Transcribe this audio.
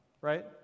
right